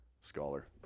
scholar